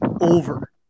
over